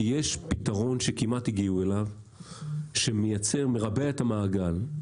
כי יש פתרון שכמעט הגיעו אליו, שמרבע את המעגל.